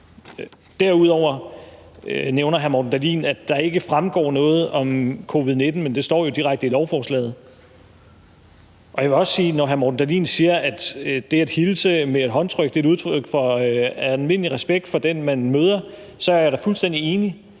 Derudover nævner hr. Morten Dahlin, at der ikke fremgår noget om covid-19, men det står jo direkte i lovforslaget. Jeg vil også sige, at når hr. Morten Dahlin siger, at det at hilse med et håndtryk er et udtryk for almindelig respekt for den, man møder, er jeg da fuldstændig enig,